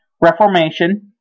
Reformation